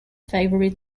favourite